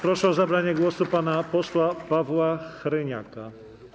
Proszę o zabranie głosu pana posła Pawła Hreniaka.